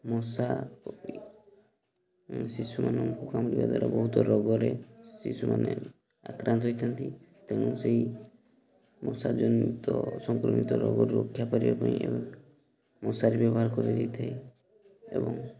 ମଶା ଶିଶୁମାନଙ୍କୁ କାମୁଡ଼ିବା ଦ୍ୱାରା ବହୁତ ରୋଗରେ ଶିଶୁମାନେ ଆକ୍ରାନ୍ତ ହୋଇଥାନ୍ତି ତେଣୁ ସେଇ ମଶା ଜନିତ ସଂକ୍ରମିତ ରୋଗରୁ ରକ୍ଷା କରିବା ପାଇଁ ମଶାରୀ ବ୍ୟବହାର କରାଯାଇଥାଏ ଏବଂ